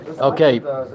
Okay